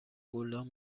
گلدان